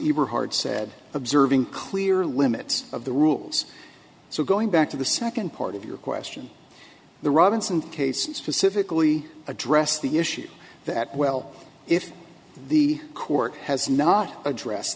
you were hard said observing clear limits of the rules so going back to the second part of your question the robinson case specifically addressed the issue that well if the court has not addressed